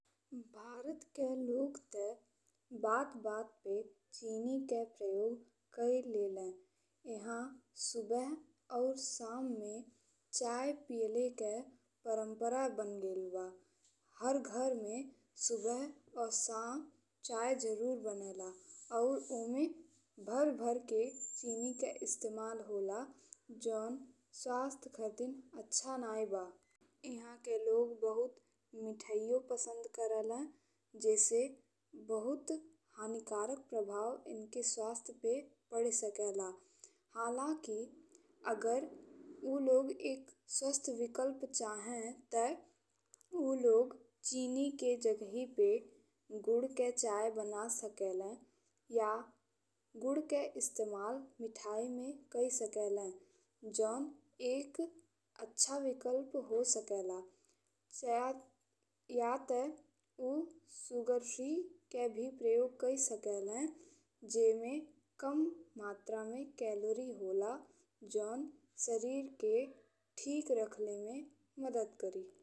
भारत के लोग ते बात बात पे चीनी के प्रयोग कई लेले। इहा सुबह और साँझ में चाय पियले के परम्परा बनी गइल बा। हर घर में सुबह और साँझ चाय जरुर बनेला और ओमे भर-भर के चीनी के इस्तेमाल होला जौन स्वास्थ्य खातिन अच्छा नाहीं बा। इहा के लोग बहुत मिठाईयो पसंद करेले जेसे बहुत हानिकारक प्रभावित इनके स्वास्थ्य पे पड़ि सकेला। हालांकि अगर ऊ लोग एक स्वास्थ्य विकल्प चाहें ते ऊ लोग चीनी के जघहि पे गुड़ के चाय बना सकेले या गुड़ के इस्तेमाल मिठाई में कई सकेले जौन एक अच्छा विकल्प हो सकेला। या ते ऊ शुगरफ्री के भी प्रयोग कई सकेले जेमें कम मात्रा में कैलोरी होला जौन शरीर के ठीक रखले में मदद करी।